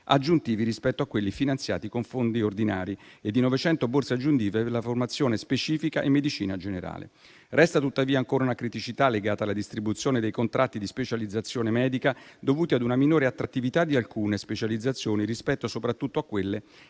aggiuntivi rispetto a quelli finanziati con fondi ordinari e di 900 borse aggiuntive per la formazione specifica in medicina generale. Resta tuttavia ancora una criticità legata alla distribuzione dei contratti di specializzazione medica dovuti ad una minore attrattività di alcune specializzazioni rispetto soprattutto a quelle